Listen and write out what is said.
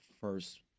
first